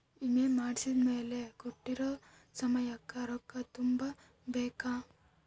ವಿಮೆ ಮಾಡ್ಸಿದ್ಮೆಲೆ ಕೋಟ್ಟಿರೊ ಸಮಯಕ್ ರೊಕ್ಕ ತುಂಬ ಬೇಕ್